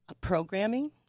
programming